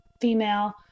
female